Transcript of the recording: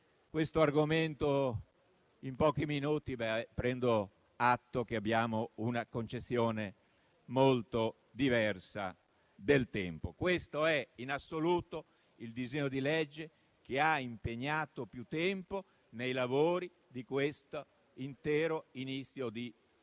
l'argomento in pochi minuti, prendo atto che abbiamo una concezione molto diversa del tempo. Questo è, in assoluto, il disegno di legge che ci ha impegnato per più tempo nei lavori in questo inizio di primo